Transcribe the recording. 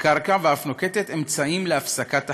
הקרקע ואף נוקטת אמצעים להפסקת החזקה.